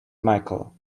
michael